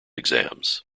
exams